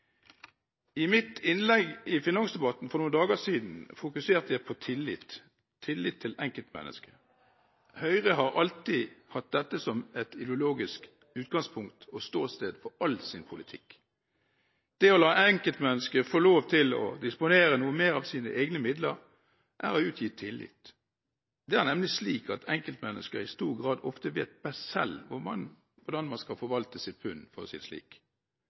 I mitt innlegg i finansdebatten for noen dager siden fokuserte jeg på tillit – tillit til enkeltmennesket. Høyre har alltid hatt dette som et ideologisk utgangspunkt og ståsted for all sin politikk. Det å la enkeltmennesket få lov til å disponere noe mer av sine egne midler, er å gi tillit. Det er nemlig slik at enkeltmennesker i stor grad ofte vet best selv hvordan man skal forvalte sitt pund, for å si det slik.